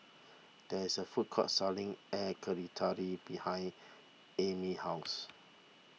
there is a food court selling Air behind Amey's house